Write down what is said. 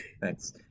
thanks